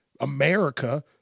America